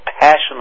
passionate